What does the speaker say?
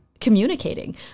communicating